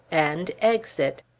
and exit.